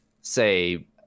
say